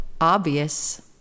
obvious